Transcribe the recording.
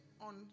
on